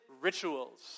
rituals